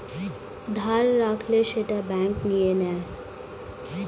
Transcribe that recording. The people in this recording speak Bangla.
ধার রাখলে সেটা ব্যাঙ্ক নিয়ে নেয়